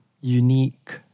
unique